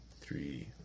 three